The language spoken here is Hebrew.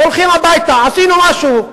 והולכים הביתה: עשינו משהו.